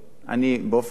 אני באופן אישי